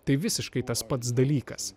tai visiškai tas pats dalykas